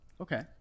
okay